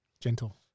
Gentle